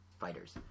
fighters